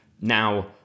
Now